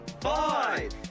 Five